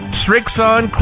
Strixon